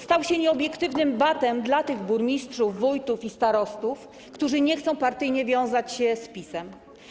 Stał się nieobiektywnym batem dla tych burmistrzów, wójtów i starostów, którzy nie chcą partyjnie wiązać się z PiS-em.